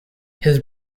his